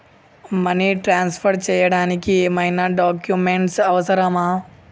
Money transfer చేయడానికి ఏమైనా documents అవసరమా?